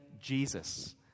Jesus